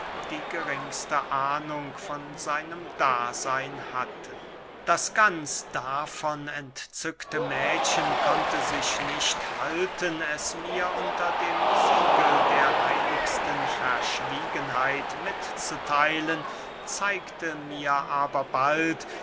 die geringste ahnung von seinem daseyn hatten das ganz davon entzückte mädchen konnte sich nicht halten es mir unter dem siegel der heiligsten verschwiegenheit mitzutheilen zeigte mir aber bald